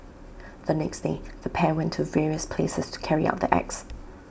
the next day the pair went to various places to carry out the acts